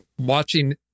watching